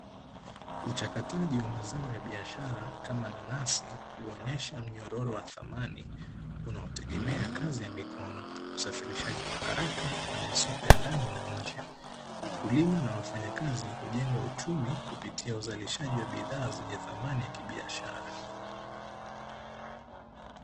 Uchakataji wa mazao ya biashara kama nanasi, huonyesha mnyororo wa thamani unaotegemea kazi ya mikono. Usafirishaji wa haraka na masoko ya ndani na nje. Wakulima na wafanyakazi hujenga uchumi kupitia uzalishaji wa bidhaa zenye thamani ya kibiashara.